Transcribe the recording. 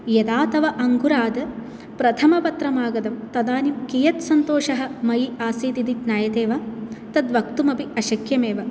यदा तव अङ्कुरात् प्रथमपत्रम् आगतं तदानीं कियत् सन्तोषः मयि आसीत् इति ज्ञायते वा तत् वक्तुम् अपि अशक्यम् एव